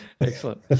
Excellent